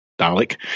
Dalek